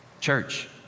Church